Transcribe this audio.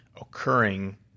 occurring